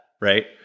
right